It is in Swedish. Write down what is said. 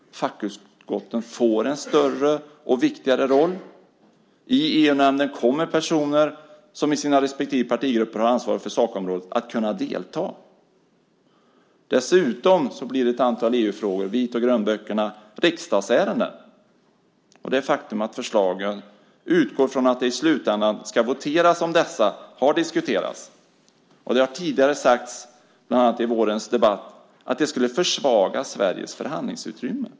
Fackutskotten får en större och viktigare roll. I EU-nämnden kommer personer som i sina respektive partigrupper har ansvar för sakområdet att kunna delta. Dessutom blir ett antal EU-frågor, grön och vitböckerna, riksdagsärenden. Det faktum att förslagen utgår från att det i slutändan ska voteras om dessa har diskuterats. Det har tidigare sagts, bland annat i vårens debatt, att det skulle försvaga Sveriges förhandlingsutrymme.